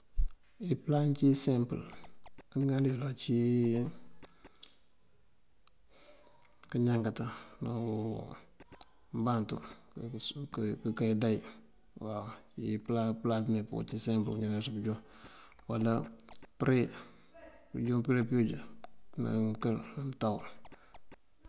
Ipëla yá ţí sempël amëŋal yul ací káñankatan ná umbantu waw. Ipëla, pëla meepun ací sempël yëlaŋ pëjúŋ. Uwala përe, këjúŋ përe pëyooj ná mënkër ná mëntaw.